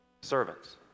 servants